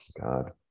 God